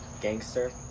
Gangster